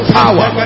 power